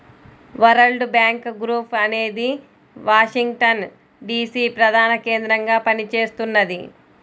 world Bank Group అనేది Washington DC ప్రధానకేంద్రంగా పనిచేస్తున్నది